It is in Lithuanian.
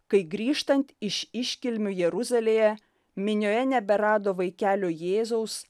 kai grįžtant iš iškilmių jeruzalėje minioje neberado vaikelio jėzaus